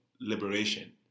liberation